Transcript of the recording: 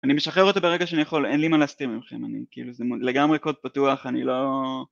אני משחרר אותה ברגע שאני יכול, אין לי מה להסתיר ממכם, אני, כאילו, זה לגמרי קוד פתוח, אני לא...